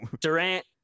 Durant